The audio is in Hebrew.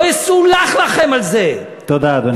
לא יסולח לכם על זה, תודה, אדוני.